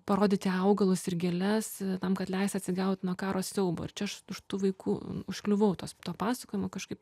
parodyti augalus ir gėles tam kad leist atsigaut nuo karo siaubo ir čia aš už tų vaikų užkliuvau tuos to pasakojimo kažkaip